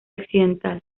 accidental